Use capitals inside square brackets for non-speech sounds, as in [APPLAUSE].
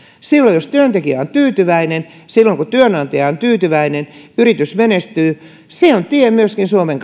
silloin jos työntekijä on tyytyväinen silloin kun työnantaja on tyytyväinen yritys menestyy se on tie myöskin suomen [UNINTELLIGIBLE]